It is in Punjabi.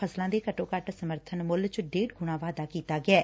ਫਸਲਾਂ ਦੇ ਘੱਟੋ ਘੱਟ ਸਮਰਬਨ ਮੁੱਲ ਚ ਡੇਢ ਗੁਣਾ ਵਾਧਾ ਕੀਤਾ ਗਿਐ